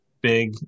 big